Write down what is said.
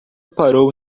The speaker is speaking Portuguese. parou